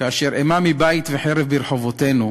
כאשר אימה מבית וחרב ברחובותינו,